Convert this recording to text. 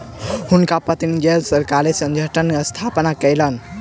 हुनकर पत्नी गैर सरकारी संगठनक स्थापना कयलैन